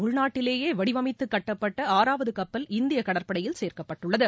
உள்நாட்டிலேயேவடிவமைத்துகட்டப்பட்டஆறாவதுகப்பல் இந்தியகடற்படையில் முற்றிலும் சேர்க்கப்பட்டுள்ளது